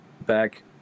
back